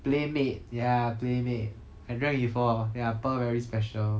playmade ya playmade I drank before their pearl very special